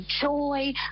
joy